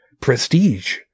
prestige